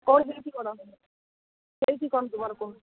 କ'ଣ ହୋଇଛି କ'ଣ ହୋଇଛି କ'ଣ ତୁମର କୁହ